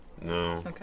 No